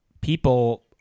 people